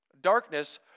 Darkness